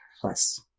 Plus